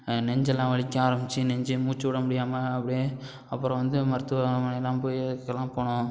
நெஞ்செல்லாம் வலிக்க ஆரம்பிச்சு நெஞ்சே மூச்சு விட முடியாமல் அப்படியே அப்புறம் வந்து மருத்துவமனையெலாம் போய் அதுக்கெல்லாம் போனோம்